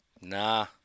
Nah